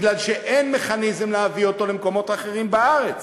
כי אין מכניזם להביא אותו למקומות אחרים בארץ.